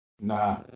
nah